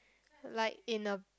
like in a